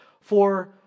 For